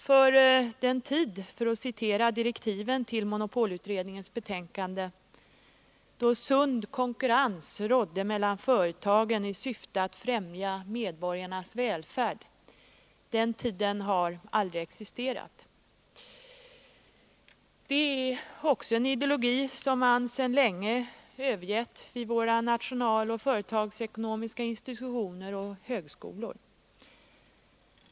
För den tid då — för att citera direktiven till monopolutredningens betänkande — ”sund konkurrens rådde mellan företagen i syfte att främja medborgarnas välfärd” har aldrig existerat. Det är också en ideologi som man t.o.m. sedan länge övergett vid våra nationaloch företagsekonomiska institutioner och högskolor.